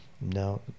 no